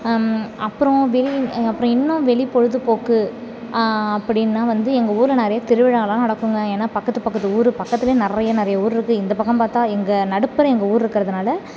அப்புறம் வே அப்புறம் இன்னும் வெளி பொழுதுபோக்கு அப்படின்னா வந்து எங்கள் ஊரில் நிறைய திருவிழாவெலாம் நடக்குங்க ஏன்னால் பக்கத்து பக்கத்து ஊர் பக்கத்திலே நிறைய நிறைய ஊர் இருக்குது இந்த பக்கம் பார்த்தா எங்கள் நடுப்பறம் எங்கள் ஊர் இருக்கிறதுனால